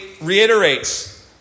reiterates